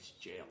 jail